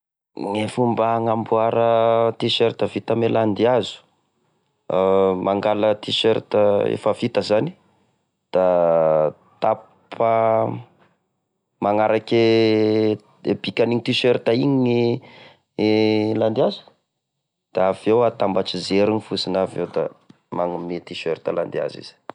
Gne fomba agnamboara t-shirt vita ame landihazo mangala t-shirt efa vita zany da tapa magnarake e bikan'igny t-shirt igny gne e landihazo da avy eo atambatry zeriny fosiny avy eo da, manome t-shirt landihazo izy.